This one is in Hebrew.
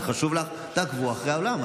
זה חשוב לך, תעקבו אחרי האולם.